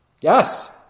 Yes